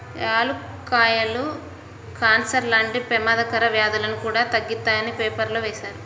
యాలుక్కాయాలు కాన్సర్ లాంటి పెమాదకర వ్యాధులను కూడా తగ్గిత్తాయని పేపర్లో వేశారు